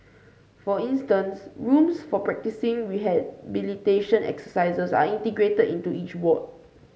for instance rooms for practising rehabilitation exercises are integrated into each ward